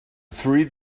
three